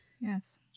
Yes